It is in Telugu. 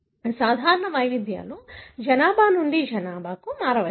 సాధారణ వైవిధ్యాలు జనాభా నుండి జనాభాకు మారవచ్చు